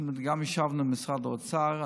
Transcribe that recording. אנחנו גם ישבנו עם משרד האוצר.